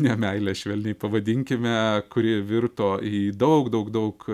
nemeilę švelniai pavadinkime kuri virto į daug daug daug